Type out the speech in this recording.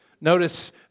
Notice